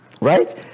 Right